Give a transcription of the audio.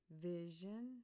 Vision